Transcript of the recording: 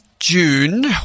June